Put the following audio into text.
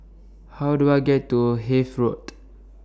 How Do I get to Hythe Road